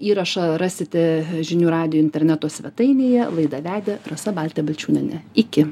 įrašą rasite žinių radijo interneto svetainėje laidą vedė rasa baltė balčiūnienė iki